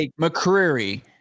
McCreary